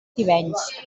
tivenys